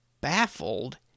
baffled